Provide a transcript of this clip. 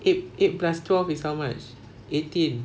eight plus twelve is how much eighteen